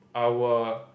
I will